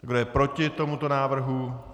Kdo je proti tomuto návrhu?